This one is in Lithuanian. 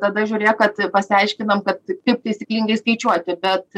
tada žiūrėk kad pasiaiškinam kad kaip taisyklingai skaičiuoti bet